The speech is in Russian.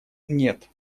нет